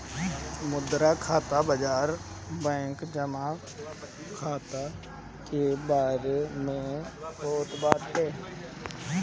मुद्रा खाता बाजार बैंक जमा खाता के बारे में होत बाटे